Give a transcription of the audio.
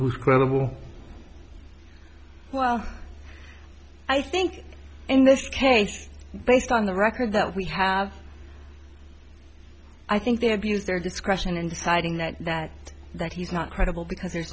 who's credible well i think in this case based on the record that we have i think they have use their discretion in deciding that that that he's not credible because there's